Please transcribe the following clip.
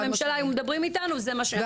לממשלה היו מדברים איתנו וזה מה שנאמר.